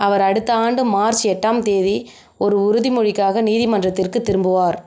அவர் அடுத்த ஆண்டு மார்ச் எட்டாம் தேதி ஒரு உறுதிமொழிக்காக நீதிமன்றத்திற்கு திரும்புவார்